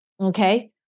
okay